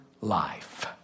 life